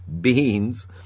beans